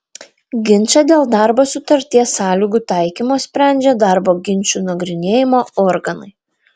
ginčą dėl darbo sutarties sąlygų taikymo sprendžia darbo ginčų nagrinėjimo organai